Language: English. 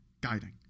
guiding